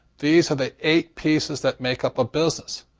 these are the eight pieces that make up a business.